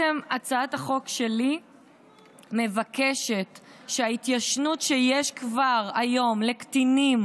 הצעת החוק שלי מבקשת שההתיישנות שיש כבר היום לקטינים